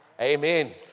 amen